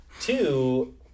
Two